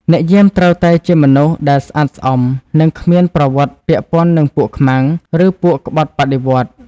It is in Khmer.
អ្នកយាមត្រូវតែជាមនុស្សដែលស្អាតស្អំ និងគ្មានប្រវត្តិពាក់ព័ន្ធនឹងពួកខ្មាំង ឬពួកក្បត់បដិវត្តន៍។